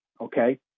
okay